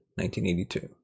1982